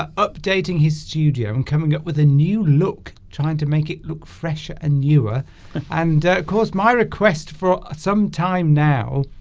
um updating his studio and coming up with a new look trying to make it look fresh and newer and of course my request for some time now